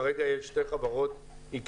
כרגע יש שתי חברות עיקריות